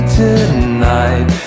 tonight